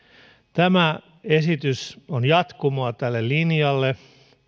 tämä esitys on jatkumoa tälle linjalle